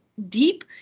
deep